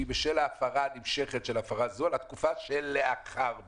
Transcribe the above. בשל ההפרה הנמשכת של הפרה זו על התקופה שלאחר מכן.